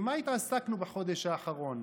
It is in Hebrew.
עם מה התעסקנו בחודש האחרון?